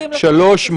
דלית זילבר.